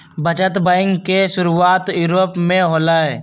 बचत बैंक के शुरुआत यूरोप में होलय